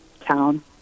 town